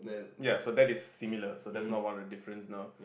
ya so that is similar so that's not one of the difference no